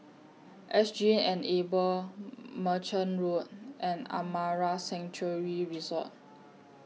S G Enable Merchant Road and Amara Sanctuary Resort